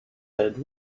head